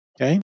okay